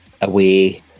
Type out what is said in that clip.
away